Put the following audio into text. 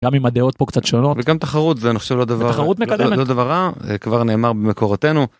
גם אם הדעות פה קצת שונות וגם תחרות זה נחשב לדבר, ותחרות מקדמת, לא דבר רע, זה כבר נאמר במקורותינו.